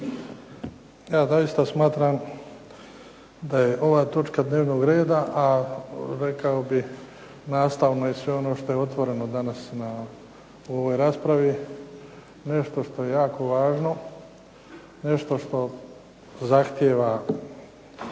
Evo doista smatram da je doista ova točka dnevnog reda, a rekao bih i nastavno i sve ono što je otvoreno danas u ovoj raspravi, nešto što je jako važno, nešto što zahtjeva